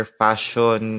fashion